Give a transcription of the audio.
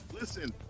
Listen